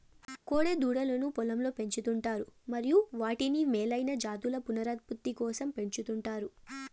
కోడె దూడలను పొలంలో పెంచు కుంటారు మరియు వాటిని మేలైన జాతుల పునరుత్పత్తి కోసం పెంచుకుంటారు